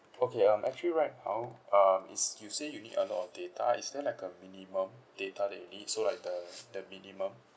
okay um actually right now um it's you say you need a lot of data is there like a minimum data that you need so like the the minimum